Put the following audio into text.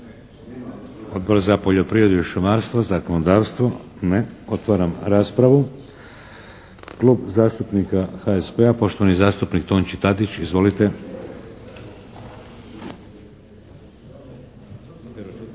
Odbor za poljoprivredu i šumarstvo, zakonodavstvo? Ne. Otvaram raspravu. Klub zastupnika HSP-a, poštovani zastupnik Tonči Tadić. Izvolite. **Tadić,